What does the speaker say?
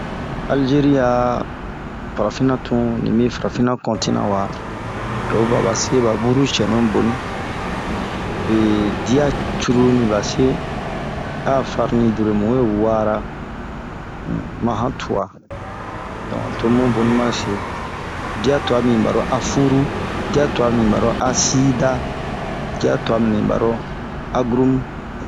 Alzeri a farafina tun, oyi va ba se ba buru cɛnu boni. Bee diaa cururu miba be se a'a farani dure bun we wara ma han tuaa. Donke to bun boni ba se. Dia tuan mibin ba ro afuru, dia tuan mibin baro asida, dia tuan mibin ba ro agrurumu.